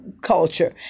culture